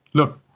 look.